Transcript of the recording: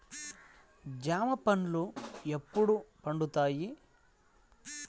జామ పండ్లు ఎప్పుడు పండుతాయి?